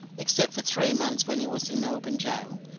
except for three months, when he was in melbourne gaol.